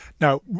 Now